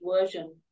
version